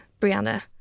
Brianna